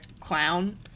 clown